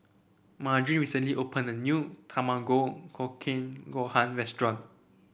Margene recently opened a new Tamago Kake Gohan restaurant